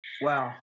Wow